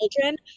children